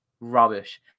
Rubbish